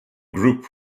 group